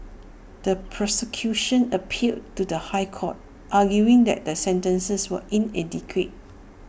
the prosecution appealed to the High Court arguing that the sentences were inadequate